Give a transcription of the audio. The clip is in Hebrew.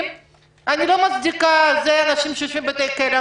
אני לא מצדיקה אנשים שיושבים בבתי כלא,